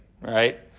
right